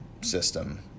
system